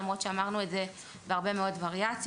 למרות שאמרנו את זה בהרבה מאוד וריאציות,